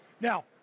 Now